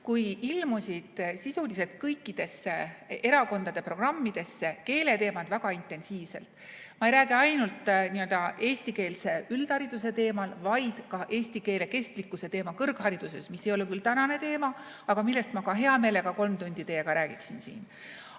kui sisuliselt kõikide erakondade programmidesse ilmusid keeleteemad väga intensiivselt. Ma ei räägi ainult eestikeelse üldhariduse teemast, vaid ka eesti keele kestlikkuse teemast kõrghariduses, mis ei ole küll tänane teema, aga millest ma ka hea meelega kolm tundi teiega räägiksin.